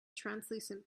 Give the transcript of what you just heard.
translucent